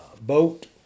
boat